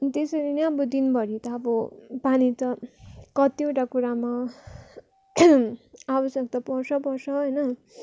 त्यसरी नै अब दिनभरि त अब पानी त कतिवटा कुरामा आवश्यकता पर्छ पर्छ होइन